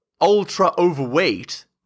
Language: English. ultra-overweight